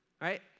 Right